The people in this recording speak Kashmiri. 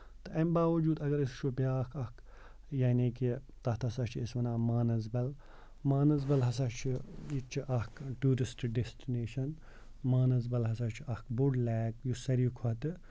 تہٕ اَمہِ باوجوٗد اَگر أسۍ وٕچھو بیاکھ اکھ یعنی کہِ تَتھ ہسا چھِ أسۍ وَنان مانَسبل مانَسبل ہسا چھ ییٚتہِ چھِ اکھ ٹوٗرِسٹ ڈیسٹِنیشن مانَسبل ہسا چھُ اکھ بوٚڑ لیک یُس ساروے کھۄتہٕ